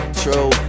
true